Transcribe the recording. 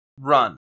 run